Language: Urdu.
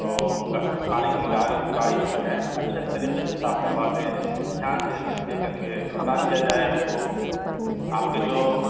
تو کاڑی گاڑی کو جو ہے اچھے طریقے سے صاف کروا دیں دھیان دے دے کر کے بتا دیا جائے ان کو آپ کے جو